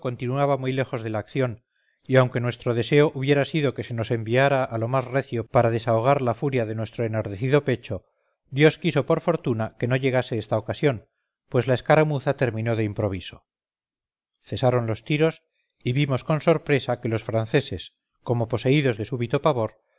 continuaba muy lejos de la acción y aunque nuestro deseo hubiera sido que se nos enviara a lo más recio para desahogar la furia de nuestro enardecido pecho dios quiso por fortuna que no llegase esta ocasión pues la escaramuza terminó de improviso cesaron los tiros y vimos con sorpresa que los franceses como poseídos de súbito pavor